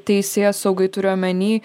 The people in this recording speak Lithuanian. teisėsaugai turiu omeny